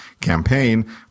campaign